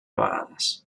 vegades